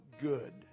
good